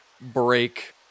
break